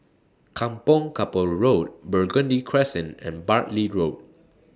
Kampong Kapor Road Burgundy Crescent and Bartley Road